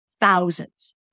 thousands